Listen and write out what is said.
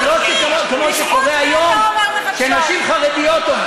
אנחנו מדברים על אלפי או אולי עשרות אלפי חרדים וחרדיות,